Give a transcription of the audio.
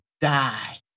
die